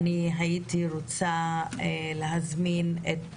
הייתי רוצה להזמין את